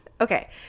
okay